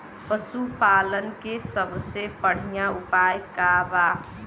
पशु पालन के सबसे बढ़ियां उपाय का बा?